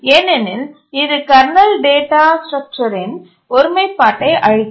ஏனெனில் இது kernel data ஸ்ட்ரக்சரின் ஒருமைப்பாட்டை அழிக்கும்